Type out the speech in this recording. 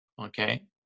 okay